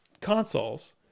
consoles